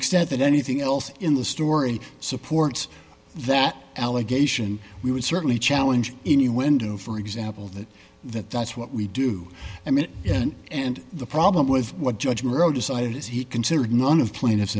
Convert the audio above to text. extent that anything else in the story supports that allegation we would certainly challenge any window for example that that that's what we do i mean it isn't and the problem with what judgment decided is he considered none of plaintiff